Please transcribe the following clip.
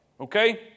okay